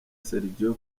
sergio